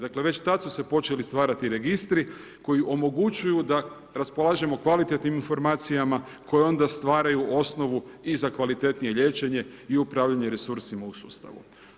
Dakle, već tad su se počeli stvarati registri koji omogućuju da raspolažemo kvalitetnim informacijama koje onda stvaraju osnovu i za kvalitetnije liječenje i upravljanje resursima u sustavu.